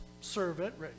servant